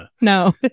No